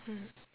mm